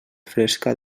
fresca